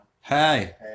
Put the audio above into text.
hey